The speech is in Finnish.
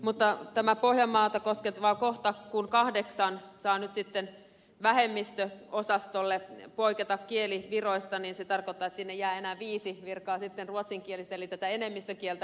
mutta tämä pohjanmaata koskettava kohta että kahdeksan virkaa saa nyt vähemmistöosastolla poiketa kielivaatimuksista tarkoittaa että sinne jää enää viisi virkaa ruotsin kieltä eli tätä enemmistökieltä hoitamaan